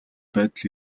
байдал